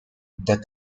the